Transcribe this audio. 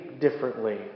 differently